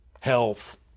health